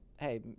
hey